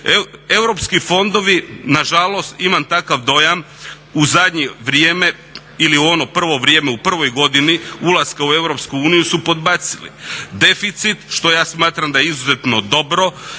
Europski fondovi nažalost imam takav dojam, u zadnje vrijeme ili u ono prvo vrijeme u prvoj godini ulaska u Europsku uniju su podbacili. Deficit, što ja smatram da je izuzetno dobro,